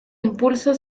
impulso